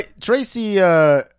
Tracy